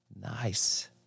Nice